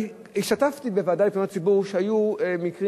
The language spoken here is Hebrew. אני השתתפתי בוועדה לפניות הציבור כשהיו מקרים,